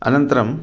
अनन्तरं